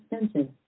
expensive